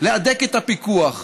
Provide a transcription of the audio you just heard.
להדק את הפיקוח,